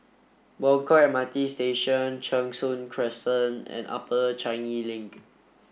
Buangkok M R T Station Cheng Soon Crescent and Upper Changi Link